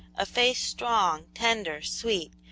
a face, strong, tender, sweet,